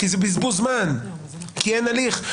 כי זה בזבוז זמן, כי אין הליך.